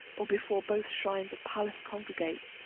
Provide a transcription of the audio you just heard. or before both shrines of pallas congregate,